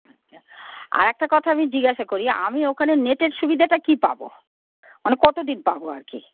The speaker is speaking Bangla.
আচ্ছা আর একটা কথা আমি জিজ্ঞাসা করি আমি ওখানে নেটের সুবিধাটা কী পাবো মানে কতো দিন পাবো আর কি